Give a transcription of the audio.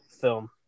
film